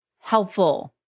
helpful